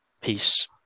Peace